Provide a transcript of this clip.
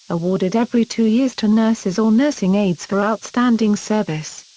awarded every two years to nurses or nursing aides for outstanding service.